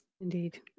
Indeed